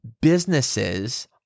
businesses